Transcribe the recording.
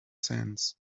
sands